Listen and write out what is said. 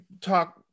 talk